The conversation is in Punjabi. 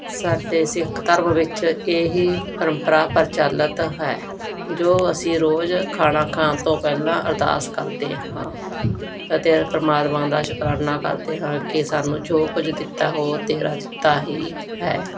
ਸਾਡੇ ਸਿੱਖ ਧਰਮ ਵਿੱਚ ਇਹ ਹੀ ਪਰੰਪਰਾ ਪ੍ਰਚਲਿੱਤ ਹੈ ਜੋ ਅਸੀਂ ਰੋਜ਼ ਖਾਣਾ ਖਾਣ ਤੋਂ ਪਹਿਲਾਂ ਅਰਦਾਸ ਕਰਦੇ ਹਾਂ ਅਤੇ ਪਰਮਾਤਮਾ ਦਾ ਸ਼ੁਕਰਾਨਾ ਕਰਦੇ ਹਾਂ ਕਿ ਸਾਨੂੰ ਜੋ ਕੁਝ ਦਿੱਤਾ ਉਹ ਤੇਰਾ ਦਿੱਤਾ ਹੀ ਹੈ